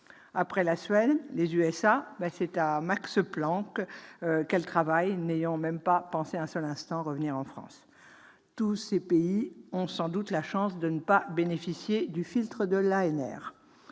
Après la Suède et les États-Unis, c'est à l'Institut Max Planck qu'elle travaille, n'ayant pas pensé un seul instant revenir en France. Tous ces pays ont sans doute la chance de ne pas bénéficier du filtre de l'ANR,